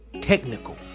technical